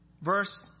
Verse